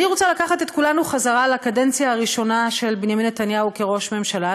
אני רוצה לקחת את כולנו לקדנציה הראשונה של בנימין נתניהו כראש ממשלה,